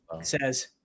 says